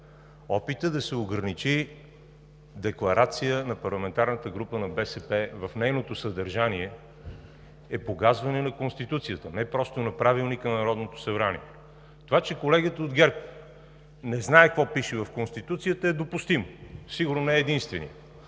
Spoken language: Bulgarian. Опитът да се ограничи декларация на парламентарната група на БСП в нейното съдържание е погазване на Конституцията, не просто на Правилника на Народното събрание. Това, че колегата от ГЕРБ не знае какво пише в Конституцията, е допустимо. Сигурно не е единственият.